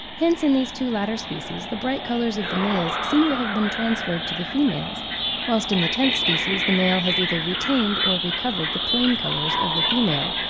hence in these two latter species the bright colours of the males seem to have been transferred to the females whilst in the tenth species the male has either retained or recovered the plain colours of the female,